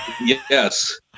Yes